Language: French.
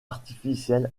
artificiel